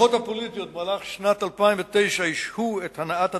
התהפוכות הפוליטיות במהלך שנת 2009 השהו את הנעת התוכנית,